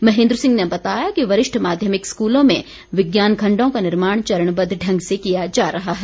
महेन्द्र सिंह ने बताया कि वरिष्ठ माध्यमिक स्कूलों में विज्ञान खण्डों का निर्माण चरणबद्व ढंग से किया जा रहा है